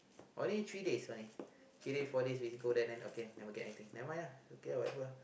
only three days only three days four day we go there then okay never get anything never mind lah I don't care whatever